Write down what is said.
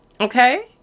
okay